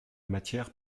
matière